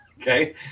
Okay